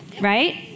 right